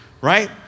right